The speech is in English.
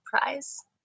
Prize